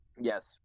Yes